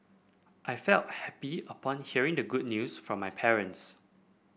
I felt happy upon hearing the good news from my parents